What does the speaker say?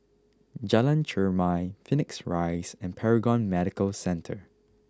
Jalan Chermai Phoenix Rise and Paragon Medical Centre